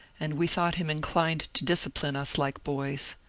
and we thought him inclined to discipline us like boys.